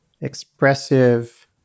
expressive